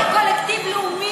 אתה רוצה הסדרה של קולקטיב לאומי?